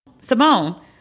Simone